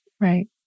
Right